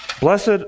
Blessed